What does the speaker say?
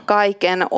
kaiken